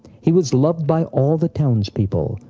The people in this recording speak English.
he was loved by all the townspeople,